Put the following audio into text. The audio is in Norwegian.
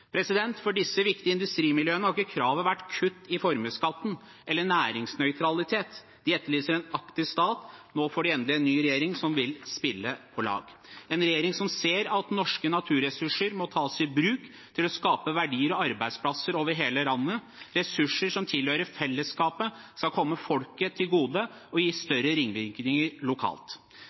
For disse viktige industrimiljøene har ikke kravet vært kutt i formuesskatten eller næringsnøytralitet. De etterlyser en aktiv stat. Nå får de endelig en ny regjering som vil spille på lag – en regjering som ser at norske naturressurser må tas i bruk for å skape verdier og arbeidsplasser over hele landet. Ressurser som tilhører fellesskapet, skal komme folket til gode og gi større ringvirkninger lokalt.